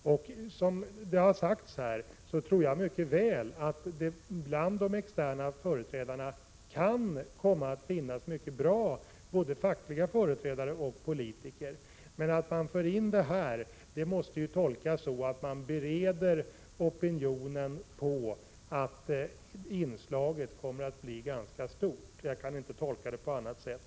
Som det har sagts här tror jag mycket väl att det bland de externa företrädarna kan komma att finnas många bra både fackliga företrädare och politiker. Men att föra in detta i betänkandet måste betyda att man bereder opinionen på att inslaget kommer att bli ganska stort. Jag kan inte tolka det på annat sätt.